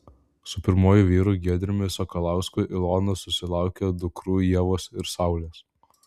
su pirmuoju vyru giedriumi sakalausku ilona susilaukė dukrų ievos ir saulės